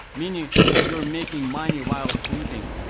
meaning you're making money while sleeping.